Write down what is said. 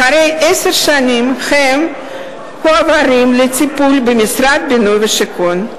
אחרי עשר שנים הם מועברים לטיפול במשרד הבינוי והשיכון.